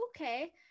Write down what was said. okay